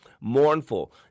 mournful